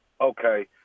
Okay